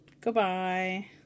Goodbye